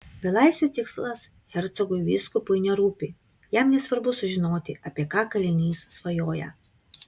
belaisvio tikslas hercogui vyskupui nerūpi jam nesvarbu sužinoti apie ką kalinys svajoja